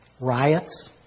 Riots